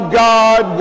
god